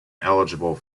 eligible